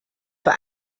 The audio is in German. bei